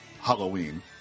Halloween